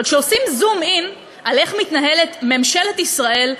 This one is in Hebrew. אבל כשעושים zoom in על איך מתנהלת ממשלת ישראל,